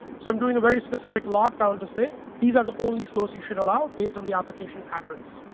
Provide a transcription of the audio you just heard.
so i'm doing a very specific lockdown to say these are the only flows you should allow based on the application patterns.